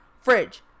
Fridge